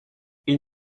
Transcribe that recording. ils